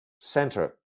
center